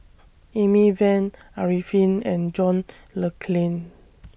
Amy Van Arifin and John Le Cain